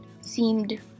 seemed